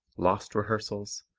lost rehearsals,